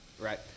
right